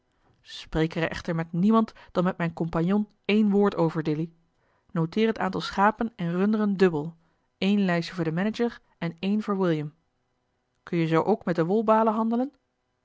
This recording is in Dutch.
er echter met niemand dan met mijn compagnon één woord over dilly noteer het aantal schapen en runderen dubbel één lijstje voor den manager en één voor william kun je zoo ook met de wolbalen handelen